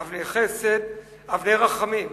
אבני חן, אבני חסד ואבני רחמים.